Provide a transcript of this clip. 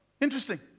Interesting